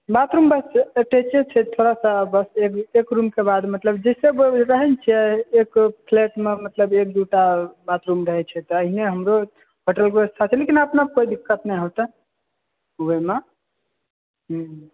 bathroom बस attached छै थोड़ा सा बस एगो एक रुम के बाद मतलब दोसर गोरे रहै ने छै एक खेत मे मतलब एक दू टा बाथरूम रहै छै तऽ एहिने हमरो तकलीफ नहि अपनेके दिक्कत नहि हेतै योजना हूँ